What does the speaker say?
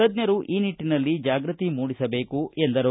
ತಜ್ಜರು ಈ ನಿಟ್ಟನಲ್ಲಿ ಜಾಗೃತಿ ಮೂಡಿಸಬೇಕು ಎಂದರು